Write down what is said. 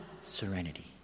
serenity